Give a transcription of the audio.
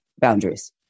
boundaries